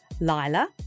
Lila